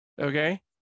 Okay